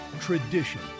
tradition